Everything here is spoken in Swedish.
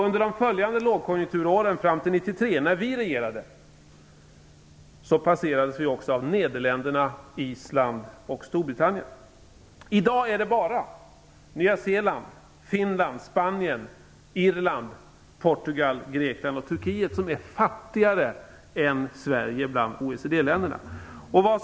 Under de följande lågkonjunkturåren fram till 1993, när vi regerade, passerades vi också av Nederländerna, Island och Storbritannien. I dag är det bara Nya Zeeland, Finland, Spanien, Irland, Portugal, Grekland och Turkiet som är fattigare än Sverige bland OECD-länderna. Fru talman!